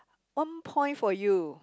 one point for you